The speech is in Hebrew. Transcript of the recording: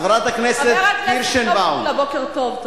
חבר הכנסת שלמה מולה, בוקר טוב.